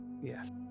yes